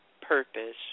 Purpose